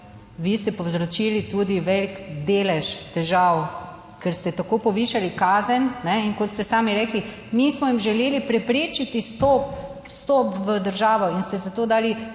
vi ste povzročili tudi velik delež težav, ker ste tako povišali kazen in kot ste sami rekli, mi smo jim želeli preprečiti vstop, vstop v državo in ste za to dali